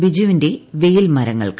ബിജുവിന്റെ വെയിൽ മര ങ്ങൾക്ക്